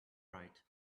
right